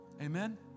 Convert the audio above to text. Amen